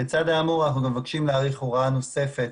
בצד האמור אנחנו מבקשים להאריך הוראה נוספת